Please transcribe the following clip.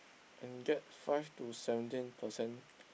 and get five to seventeen percent